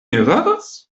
eraras